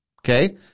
Okay